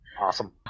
Awesome